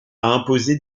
imposé